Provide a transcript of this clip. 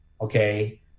okay